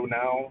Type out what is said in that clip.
now